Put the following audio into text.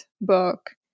book